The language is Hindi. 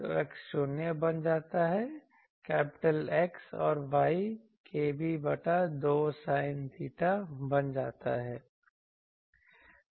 तो X 0 बन जाता है कैपिटल X और Y k b बटा 2 sin theta बन जाता है